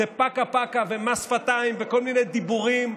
זה פקה-פקה ומס שפתיים וכל מיני דיבורים,